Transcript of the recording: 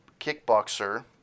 kickboxer